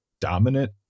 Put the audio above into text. dominant